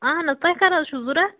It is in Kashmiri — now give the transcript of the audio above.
اَہَن حظ تۅہہِ کَر حظ چھَو ضروٗرت